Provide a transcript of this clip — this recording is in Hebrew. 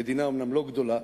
המדינה אומנם לא גדולה,